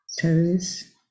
toes